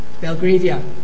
Belgravia